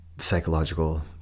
psychological